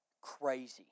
crazy